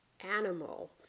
animal